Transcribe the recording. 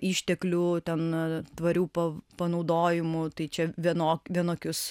išteklių ten tvarių pa panaudojimų tai čia vienok vienokius